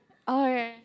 alright